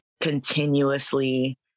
continuously